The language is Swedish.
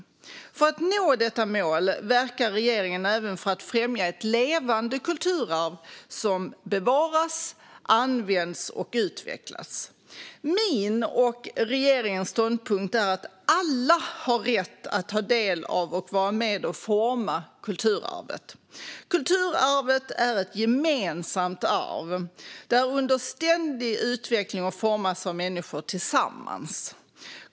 För att nå detta mål verkar regeringen även för att främja ett levande kulturarv som bevaras, används och utvecklas. Min och regeringens ståndpunkt är att alla har rätt att ta del av och vara med och forma kulturarvet. Kulturarvet är ett gemensamt arv. Det är under ständig utveckling och formas av människor tillsammans.